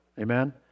amen